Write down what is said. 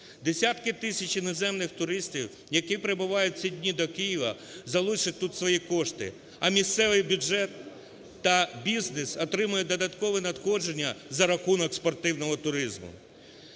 Десятки тисяч іноземних туристів, які прибувають в ці дні до Києва, залишать тут свої кошти, а місцевий бюджет та бізнес отримає додаткові надходження за рахунок спортивного туризму.